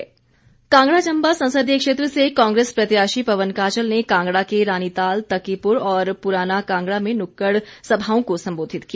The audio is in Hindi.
काजल कांगड़ा चंबा संसदीय क्षेत्र से कांग्रेस प्रत्याशी पवन काजल ने कांगड़ा के रानीताल तकीपुर और पुराना कांगड़ा में नुक्कड़ सभाओं को संबोधित किया